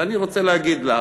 ואני רוצה להגיד לך,